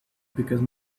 because